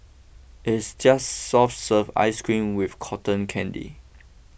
it's just soft serve ice cream with cotton candy